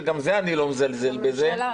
שגם בזה אני לא מזלזל --- של הממשלה,